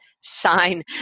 sign